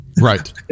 Right